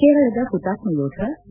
ಕೇರಳದ ಹುತಾತ್ಮ ಯೋಧ ವಿ